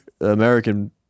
American